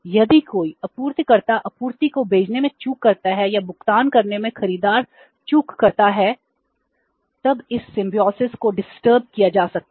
यदि कोई आपूर्तिकर्ता आपूर्ति को भेजने में चूक करता है या भुगतान करने में खरीदार चूक करता है